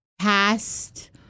Past